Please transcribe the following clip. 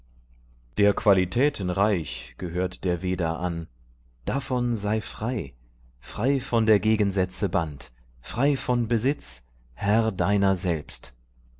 der qualitäten reich gehört der veda an davon sei frei frei von der gegensätze band frei von besitz herr deiner selbst